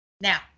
now